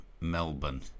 Melbourne